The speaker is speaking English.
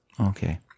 Okay